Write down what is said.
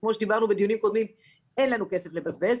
כמו שדיברנו בדיונים קודמים אין לנו כסף לבזבז,